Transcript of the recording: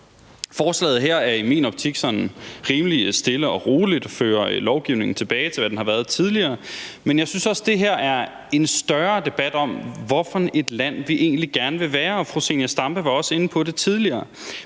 optik rimelig stille og roligt og fører lovgivningen tilbage til, hvad den har været tidligere, men jeg synes også, at det her er en større debat om, hvad for et land vi egentlig gerne vil være, og fru Zenia Stampe var også inde på det tidligere.